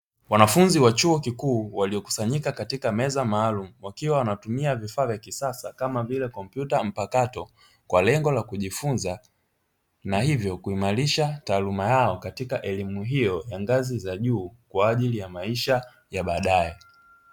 Wanafunzi wa chuo kikuu, waliokusanyika katika meza maalumu, wakiwa wanatumia vifaa vya kisasa kama vile kompyuta mpakato, kwa lengo la kujifunza na hivyo kuimarisha taaluma yao katika elimu hiyo ya ngazi za juu kwa ajili ya maisha ya baadaye.